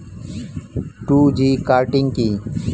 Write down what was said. Two G cutting কি?